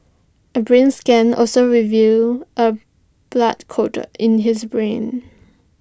A brain scan also revealed A blood colder in his brain